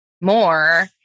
more